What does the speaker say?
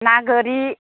ना गोरि